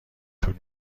طول